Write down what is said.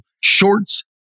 shorts